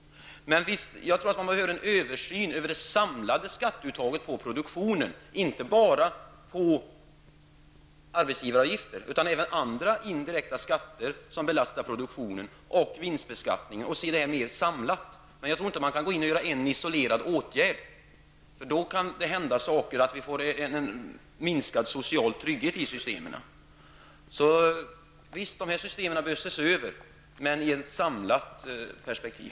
Jag tror att man behöver en översyn av det samlade skatteuttaget på produktionen -- inte bara arbetsgivaravgifter utan även andra indirekta skatter som belastar produktionen, och vinstbeskattningen. Men jag tror inte att man kan vidta en isolerad åtgärd, för då kan det hända att vi får minskad social trygghet i systemen. De här systemen bör alltså ses över, men i ett samlat perspektiv.